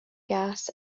gas